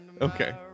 Okay